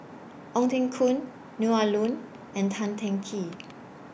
Ong Teng Koon Neo Ah Luan and Tan Teng Kee